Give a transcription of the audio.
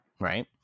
Right